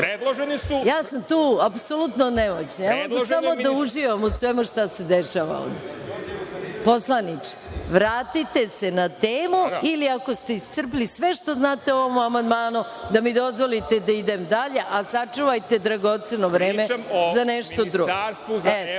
Ja sam tu apsolutno nemoćna. Ja mogu samo da uživam u svemu što se dešava ovde. Poslaniče, vratite se na temu ili, ako se iscrpili sve što znate o ovom amandmanu, da mi dozvolite da idem dalje, a sačuvajte dragoceno vreme za nešto drugo.